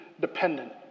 dependent